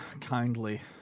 kindly